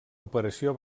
operació